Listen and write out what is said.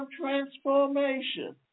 transformation